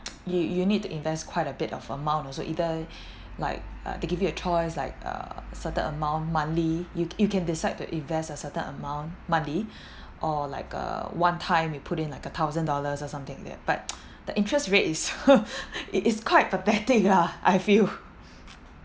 you you need to invest quite a bit of amount also either like uh they give you a choice like err certain amount monthly you you can decide to invest a certain amount monthly or like a one-time you put it in like a thousand dollars or something there but the interest rate is it is quite pathetic lah I feel